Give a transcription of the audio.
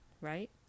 right